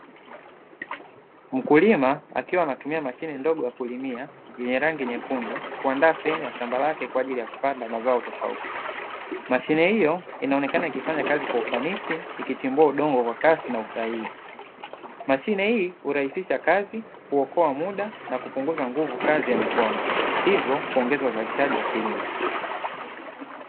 Mkulima akiwa anatumia mashine ndogo ya kulimia yenye rangi nyekundu kuandaa sehemu ya shamba lake kwa ajili ya kupanda mazao tofauti. Mashine hiyo inaonekana ikifanya kazi kwa ufanisi ikichimbua udongo kwa kasi na usahihi. Mashine hii hurahisisha kazi, huokoa muda na kupunguza nguvu kazi ya mikono hivyo kuongeza uzalishaji wa kilimo.